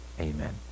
Amen